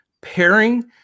pairing